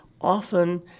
often